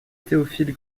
théophile